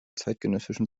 zeitgenössischen